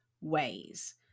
ways